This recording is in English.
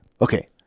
Okay